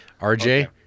RJ